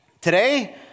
today